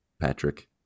Patrick